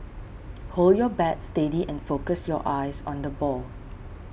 hold your bat steady and focus your eyes on the ball